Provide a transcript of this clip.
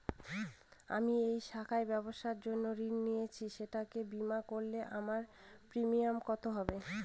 আমি এই শাখায় ব্যবসার জন্য ঋণ নিয়েছি সেটাকে বিমা করলে আমার প্রিমিয়াম কত হবে?